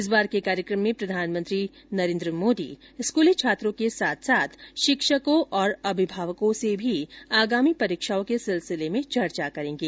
इस बार के कार्यक्रम में प्रधानमंत्री नरेन्द्र मोदी स्कूली छात्रों के साथ साथ शिक्षकों और अभिभावकों से भी आगामी परीक्षाओं के सिलसिले में चर्चा करेंगे